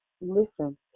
listen